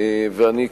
ואני,